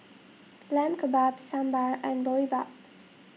Lamb Kebabs Sambar and Boribap